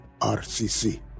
RCC